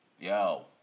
Yo